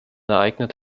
ereignet